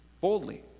Boldly